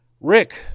Rick